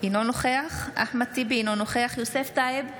אינו נוכח אחמד טיבי, אינו נוכח יוסף טייב,